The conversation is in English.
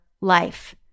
life